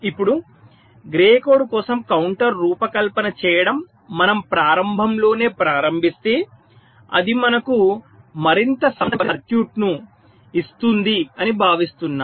ఇప్పుడు grey code కోసం counter రూపకల్పన చేయడం మనం ప్రారంభంలోనే ప్రారంభిస్తే అది మనకు మరింత సమర్థవంతంగా పనిచేసే సర్క్యూట్ను ఇస్తుందని భావిస్తున్నాం